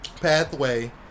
Pathway